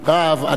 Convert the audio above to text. ענק רוח.